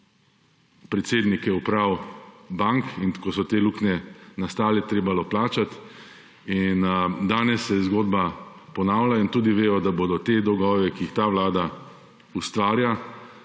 predsednike uprav bank in ko so te luknje nastale, je »trebalo« plačat in danes se zgodba ponavlja in tudi vejo, da bodo te dolgove, ki jih ta Vlada ustvarja,